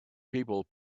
people